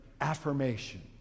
affirmation